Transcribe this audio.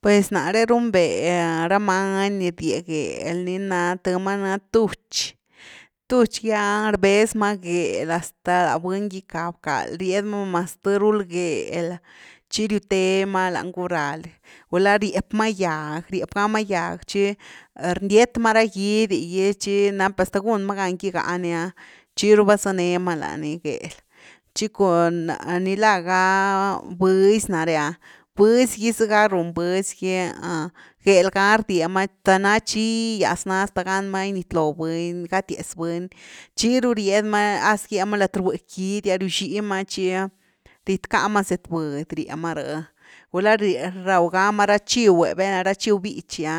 Pues nare runbe ra many ni rdye gel ni na th ma tuch, tuch gy ah rbez ma gel hasta la buny gicka bcald, ried ma mas dh rul gel tchi rywte ma lany guraly, gulá riep ma gyag, riep gama gyag tchi rndiet ma ra gidy gy tchi nap hasta gun ma gan gigá ni’a tchi ru bazanema lani gel, tchi cun nila ga bh>zy nare ah, bh>zy gy zega run bh>zy gy, gel gá rdie ma, tan na chiigyas na hasta gan ma ginitloo buny, gatiaz buny, tchiru ried ma, haz gye mal at rbh-ky gidy gy’a riuxima tchi riedcka ma zëtbudy rie ma rh, gula raw gama ra chiwe, valna chiw bíchy ‘a